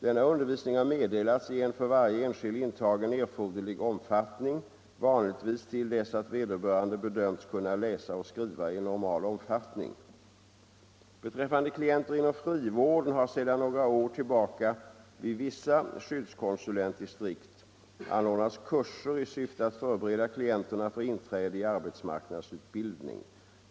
Denna undervisning har meddelats i en för varje enskild intagen erforderlig omfattning, vanligtvis till dess att vederbörande bedömts kunna läsa och skriva i normal omfattning. Beträffande klienter inom frivården har sedan några år tillbaka vid vissa skyddskonsulentdistrikt anordnats kurser i syfte att förbereda klienterna för inträde i arbetsmarknadsutbildning.